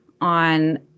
on